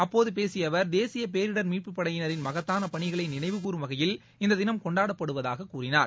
அப்போது பேசிய அவர் தேசிய பேரிடர் மீட்புப் படையினரின் மகத்தான பணிகளை நினைவுகூறும் வகையில் இந்த தினம் கொண்டாடப்படுவதாக கூறினார்